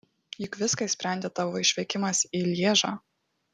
juk viską išsprendė tavo išvykimas į lježą